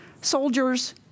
soldiers